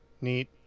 Neat